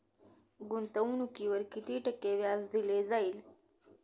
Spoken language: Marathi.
गुंतवणुकीवर किती टक्के व्याज दिले जाईल?